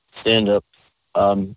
stand-up